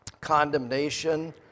condemnation